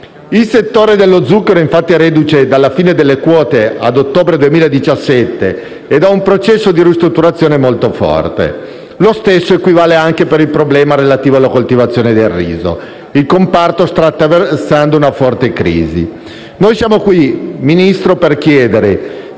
Il settore dello zucchero, infatti, è reduce dalla fine delle quote a ottobre 2017 e da un processo di ristrutturazione molto forte. Lo stesso vale anche per il problema relativo alla coltivazione del riso. Il comparto sta attraversando una forte crisi. Noi siamo qui, Ministro, per chiedere